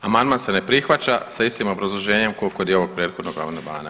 Amandman se ne prihvaća sa istim obrazloženje kao i kod ovog prethodnog amandmana.